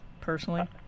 personally